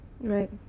right